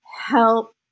help